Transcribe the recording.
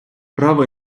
право